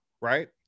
right